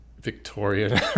Victorian